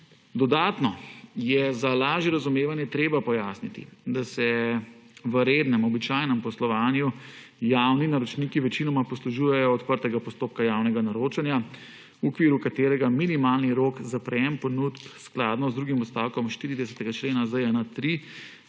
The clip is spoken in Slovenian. Dodatno je za lažje razumevanje treba pojasniti, da se v rednem običajnem poslovanju javni naročniki večinoma poslužujejo odprtega postopka javnega naročanja v okviru katerega minimalni rok za prejem ponudb, skladno z drugim odstavkom 40. člena ZJN-3,